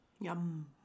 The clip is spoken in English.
Yum